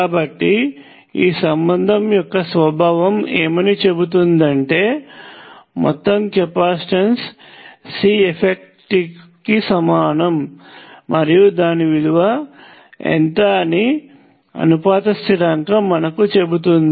కాబట్టి ఈ సంబంధం యొక్క స్వభావం ఏమని చెబుతుందంటే మొత్తం కెపాసిటన్స్ Ceff కి సమానము మరియు దాని విలువ ఎంత అని అనుపాత స్థిరాంకము మనకు చెబుతుంది